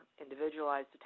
individualized